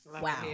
Wow